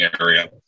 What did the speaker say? area